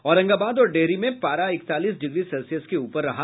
औरंगाबाद और डेहरी में पारा इकतालीस डिग्री सेल्सियस के ऊपर रहा